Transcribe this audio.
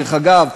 דרך אגב,